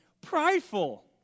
prideful